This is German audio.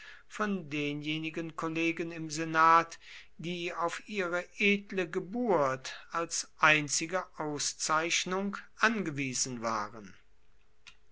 von denjenigen kollegen im senat die auf ihre edle geburt als einzige auszeichnung angewiesen waren